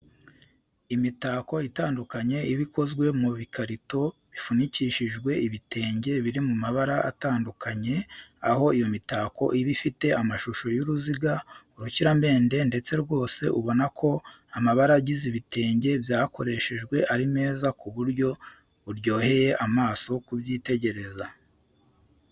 Imitako itandukanye iba ikozwe mu bikarito bifunikishijwe ibitenge biri mu mabara atandukanye, aho iyo mitako iba ifite amashusho y'uruziga, urukiramende ndetse rwose ubona ko amabara agize ibitenge byakoreshejwe ari meza ku buryo buryoheye amaso kubyitegereza.